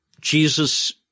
Jesus